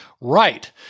right